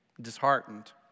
disheartened